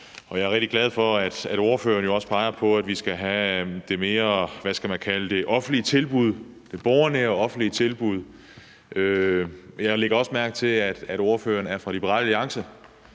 jeg er rigtig glad for, at ordføreren jo også peger på, at vi skal have det mere borgernære offentlige tilbud. Jeg lægger også mærke til, at ordføreren er fra Liberal Alliance.